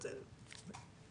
את יודעת,